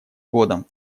годом